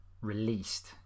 released